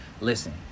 listen